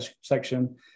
section